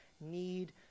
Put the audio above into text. need